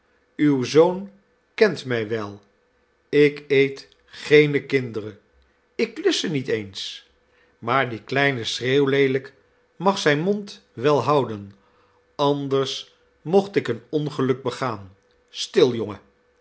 uw zoon kent mij wel ik eet geene kinderen ik lust ze niet eens maar die kleine schreeuwleelijk mag zijn mond wel houden anders mocht ik een ongeluk begaan stil jongen